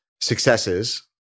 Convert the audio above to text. successes